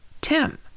Tim